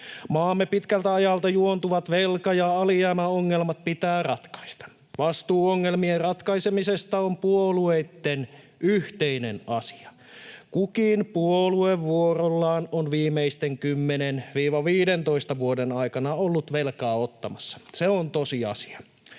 Maamme pitkältä ajalta juontuvat velka- ja alijäämäongelmat pitää ratkaista. Vastuu ongelmien ratkaisemisesta on puolueitten yhteinen asia. Kukin puolue vuorollaan on viimeisten 10—15 vuoden aikana ollut velkaa ottamassa, se on tosiasia.